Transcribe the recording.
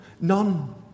None